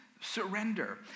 surrender